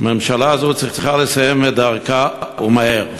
הממשלה הזאת צריכה לסיים את דרכה, ומהר.